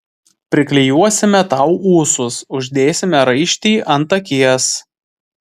priklijuosime tau ūsus uždėsime raištį ant akies